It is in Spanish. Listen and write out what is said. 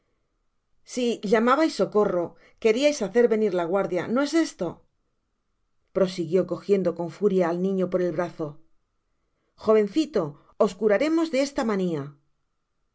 si llamabais socorro queriais hacer venir la guardia no es esto prosiguió cojiendo con furia el niño por el brazo jovencito os curaremos de esta mania al